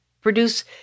produce